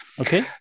Okay